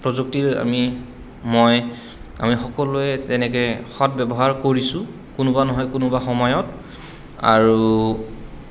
প্ৰযুক্তিৰ আমি মই আমি সকলোৱে তেনেকে সৎ ব্যৱহাৰ কৰিছোঁ কোনোবা নহয় কোনোবা সময়ত আৰু